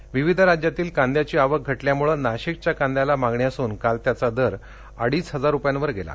नाशिक विविध राज्यातील कांद्याची आवक घटल्यामुळे नाशिकच्या कांद्याला मागणी असून काल त्याचा दर अडीच हजार रुपयांवर गेला